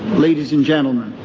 ladies and gentlemen.